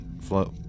float